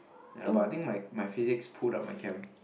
ya but I think my my physics pulled up my chem